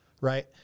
right